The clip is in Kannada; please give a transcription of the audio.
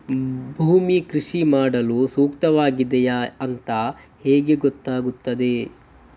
ಭೂಮಿ ಕೃಷಿ ಮಾಡಲು ಸೂಕ್ತವಾಗಿದೆಯಾ ಅಂತ ಹೇಗೆ ಗೊತ್ತಾಗುತ್ತದೆ?